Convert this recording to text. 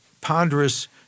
ponderous